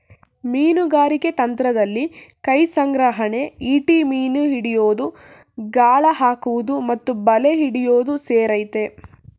ಮೀನುಗಾರಿಕೆ ತಂತ್ರದಲ್ಲಿ ಕೈಸಂಗ್ರಹಣೆ ಈಟಿ ಮೀನು ಹಿಡಿಯೋದು ಗಾಳ ಹಾಕುವುದು ಮತ್ತು ಬಲೆ ಹಿಡಿಯೋದು ಸೇರಯ್ತೆ